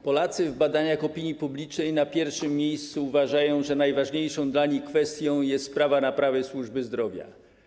Polacy w badaniach opinii publicznej na pierwszym miejscu uważają, że najważniejszą dla nich kwestią jest sprawa naprawy służby zdrowia.